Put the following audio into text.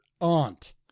aunt